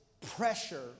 pressure